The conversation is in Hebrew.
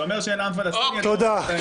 כשאתה אומר שאין עם פלסטיני, אתה אומר את האמת.